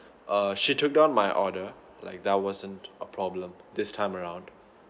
err she took down my order like that wasn't a problem this time around